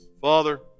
Father